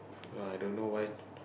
i don't know why